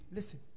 Listen